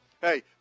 Hey